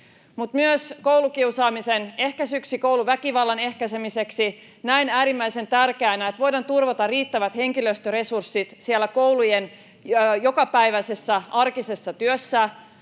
Koulukiusaamisen ehkäisemiseksi ja kouluväkivallan ehkäisemiseksi näen myös äärimmäisen tärkeänä, että voidaan turvata riittävät henkilöstöresurssit siellä koulujen jokapäiväisessä arkisessa työssä.